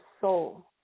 soul